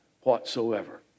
whatsoever